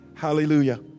Hallelujah